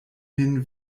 min